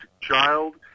child